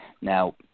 Now